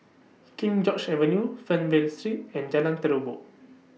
King George's Avenue Fernvale Street and Jalan Terubok